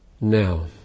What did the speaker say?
Now